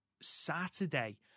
saturday